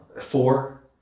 four